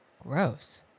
Gross